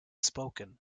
spoken